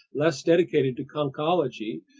less dedicated to conchology,